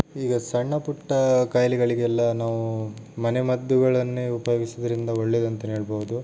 ಈಗ ಸಣ್ಣ ಪುಟ್ಟ ಕಾಯಿಲೆಗಳಿಗೆಲ್ಲಾ ನಾವು ಮನೆಮದ್ದುಗಳನ್ನೇ ಉಪಯೋಗಿಸುವುದರಿಂದ ಒಳ್ಳೇದಂತಾನೇ ಹೇಳ್ಬೋದು